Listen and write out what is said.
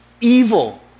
evil